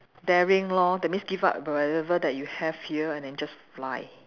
daring lor that means give up whatever that you have here and then just fly